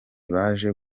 baje